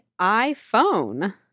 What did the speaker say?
iPhone